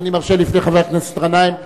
ואני מרשה לך להגיב לפני חבר הכנסת גנאים,